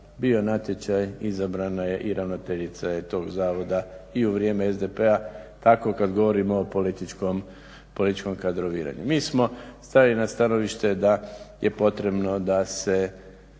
Bio je natječaj. Izabrana je i ravnateljica je tog zavoda i u vrijeme SDP-a. Tako kad govorimo o političkom kadroviranju. Mi smo stali na stanovište da je potrebno da se